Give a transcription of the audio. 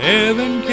Heaven